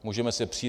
Můžeme se přít.